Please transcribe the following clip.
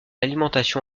alimentation